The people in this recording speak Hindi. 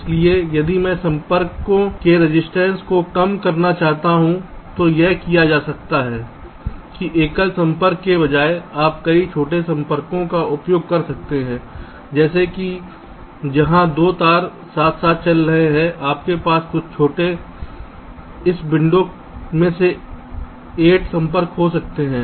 इसलिए यदि मैं संपर्कों के रजिस्टेंस को कम करना चाहता हूं तो यह किया जाता है कि एकल संपर्क के बजाय आप कई छोटे संपर्कों का उपयोग कर सकते हैं जैसे कि जहां 2 तार साथ साथ चल रहे हैं आपके पास कुछ छोटे इस विंडो में ये 8 संपर्क हो सकते हैं